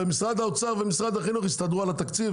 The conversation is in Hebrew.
ומשרד האוצר ומשרד החינוך יסתדרו על התקציב